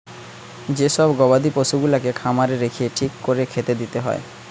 যে সব গবাদি পশুগুলাকে খামারে রেখে ঠিক কোরে খেতে দিতে হয়